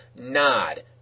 nod